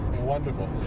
Wonderful